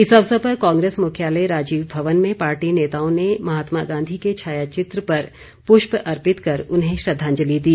इस अवसर पर कांग्रेस मुख्यालय राजीव भवन में पार्टी नेताओं ने महात्मा गांधी के छायाचित्र पर पुष्प अर्पित कर उन्हें श्रद्वांजलि दी